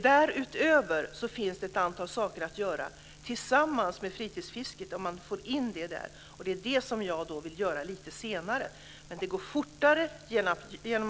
Därutöver finns det ett antal saker att göra tillsammans med fritidsfisket, om man får in det där. Det är det som jag vill göra lite senare. Men det går fortare